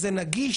זה נגיש?